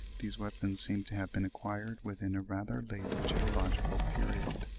these weapons seem to have been acquired within a rather late geological period.